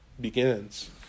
begins